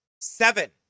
seven